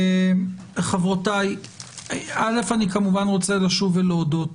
חברותיי, אני כמובן רוצה לשוב ולהודות.